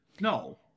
No